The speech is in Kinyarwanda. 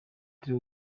turi